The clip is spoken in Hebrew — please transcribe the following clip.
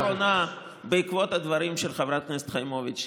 הערה אחרונה בעקבות הדברים של חברת הכנסת חיימוביץ',